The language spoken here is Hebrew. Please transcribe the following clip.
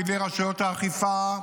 בידי רשויות האכיפה,